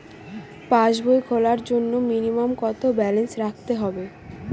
পাসবই খোলার জন্য মিনিমাম কত ব্যালেন্স রাখতে হবে?